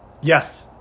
Yes